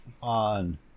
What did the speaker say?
on